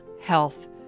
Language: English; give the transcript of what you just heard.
health